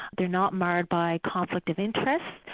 they are not marred by conflict of interest,